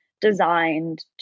designed